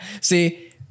See